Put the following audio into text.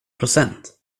procent